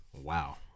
Wow